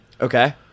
Okay